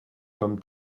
comme